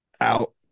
out